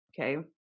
Okay